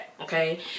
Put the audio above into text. Okay